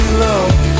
love